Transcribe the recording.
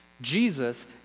Jesus